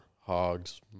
hogs